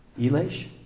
Elish